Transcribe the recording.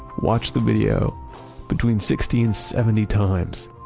watch the video between sixty and seventy times.